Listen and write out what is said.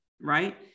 right